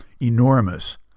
enormous